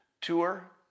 tour